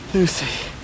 Lucy